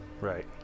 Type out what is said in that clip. right